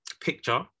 picture